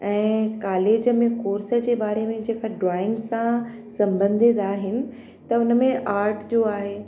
ऐं कालेज में कोर्स जे बारे जेका ड्रॉइंग सां संबंधित आहिनि त हुन में आर्ट जो आहे